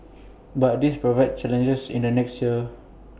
but this proved challenges in the next years